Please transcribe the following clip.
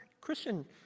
Christian